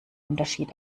unterschied